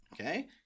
Okay